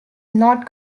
not